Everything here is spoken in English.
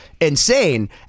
insane